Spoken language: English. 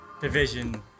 Division